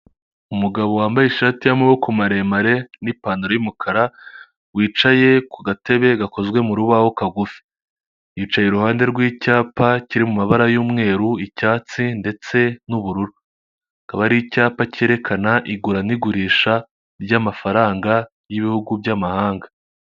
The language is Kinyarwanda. Umugabo wambaye ishati y'amaboko maremare n'ipantaro y'umukara wicaye ku gatebe gakozwe mu rubaho kagufi, yicaye iruhande rw'icyapa kiri mu mabara y'umweru, icyatsi ndetse n'ubururuba, akba ari icyapa cyerekana igura n'igurisha ry'amafaranga y'ibihugu by'amahanga.